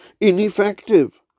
ineffective